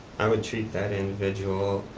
i would treat that individual,